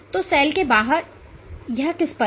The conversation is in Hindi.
तो सेल के बाहर यह किस पर है